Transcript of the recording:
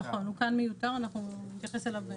נכון כאן הוא מיותר, אנחנו נתייחס אליו בהמשך.